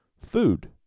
food